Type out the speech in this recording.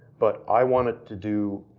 but i wanted to do,